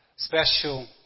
Special